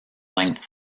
length